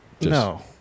No